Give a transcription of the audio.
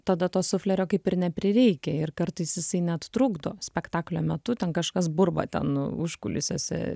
tada to suflerio kaip ir neprireikia ir kartais jisai net trukdo spektaklio metu ten kažkas burba ten užkulisiuose